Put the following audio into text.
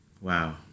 Wow